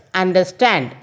understand